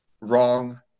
wrong